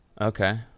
Okay